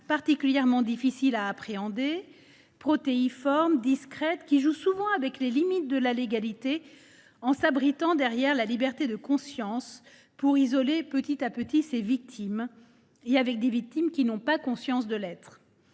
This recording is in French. particulièrement difficile à appréhender, protéiforme, discrète, dont les auteurs jouent souvent avec les limites de la légalité, en s’abritant derrière la liberté de conscience pour isoler petit à petit leurs victimes, qui n’ont pas conscience de l’être.